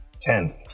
Ten